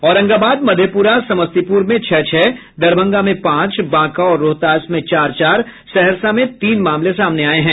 औरंगाबाद मधेपुरा समस्तीपुर में छह छह दरभंगा में पांच बांका और रोहतास में चार चार सहरसा में तीन मामले सामने आये हैं